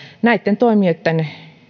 näitten toimijoitten